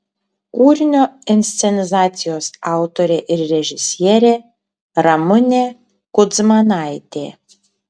kūrinio inscenizacijos autorė ir režisierė ramunė kudzmanaitė